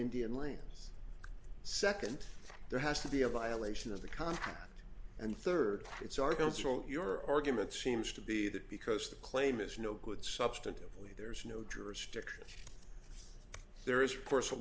indian lands second there has to be a violation of the contract and third it's our counsel your argument seems to be that because the claim is no good substantively there's no jurisdiction there is for